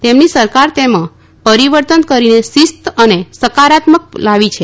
તેમની સરકાર તેમાં પરિવર્તન કરીને શિસ્ત અને સકારાત્મકતા લાવી છે